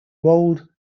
rolled